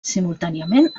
simultàniament